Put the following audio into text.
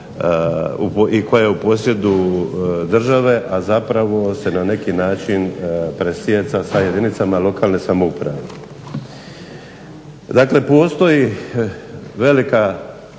koja je u posjedu države, a zapravo se na neki način presijeca sa jedinicama lokalne samouprave. Dakle postoji velika,